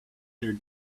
their